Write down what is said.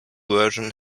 version